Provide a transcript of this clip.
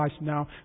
now